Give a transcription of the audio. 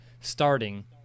starting